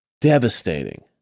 Devastating